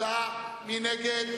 מי נגד?